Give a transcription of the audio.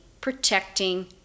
protecting